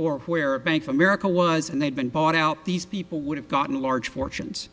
or where bank of america was and they'd been bought out these people would have gotten large fortunes